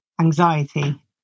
anxiety